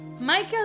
Michael